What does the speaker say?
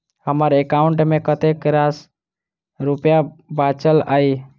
हम्मर एकाउंट मे कतेक रास रुपया बाचल अई?